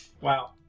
Wow